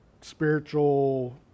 spiritual